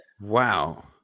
Wow